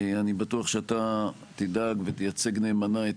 אני בטוח שאתה תדאג ותייצג נאמנה את